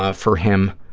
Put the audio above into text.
ah for him